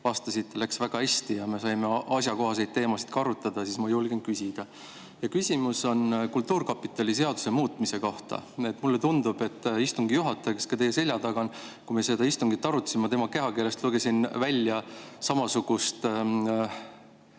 vastasite, läks väga hästi ja me saime asjakohaseid teemasid ka arutada, siis ma julgen küsida. Küsimus on kultuurkapitali seaduse muutmise kohta. Mulle tundub, et istungi juhataja, kes teie selja taga on … Kui me seda istungil arutasime, siis ma tema kehakeelest lugesin välja samasugust,